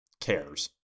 cares